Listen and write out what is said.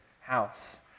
house